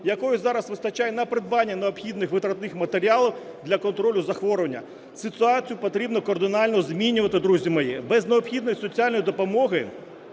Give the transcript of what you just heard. якої зараз вистачає на придбання необхідних витратних матеріалів для контролю захворювання. Ситуацію потрібно кардинально змінювати, друзі мої. Без необхідної соціальної допомоги